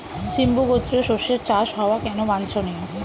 সিম্বু গোত্রীয় শস্যের চাষ হওয়া কেন বাঞ্ছনীয়?